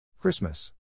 Christmas